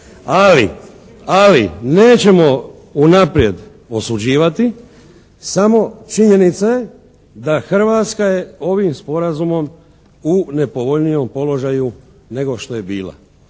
Ali nećemo unaprijed osuđivati, samo činjenice da Hrvatska je ovim sporazumom u nepovoljnijem položaju nego što je bila.